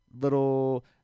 little